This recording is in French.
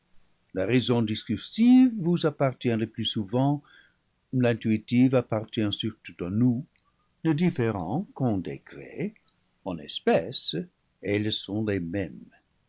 la raison discursive vous appartient le plus souvent l'intui tive appartient surtout à nous ne différant qu'en degrés en espèce elles sont les mêmes